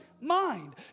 mind